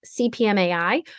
CPMAI